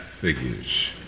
figures